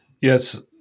Yes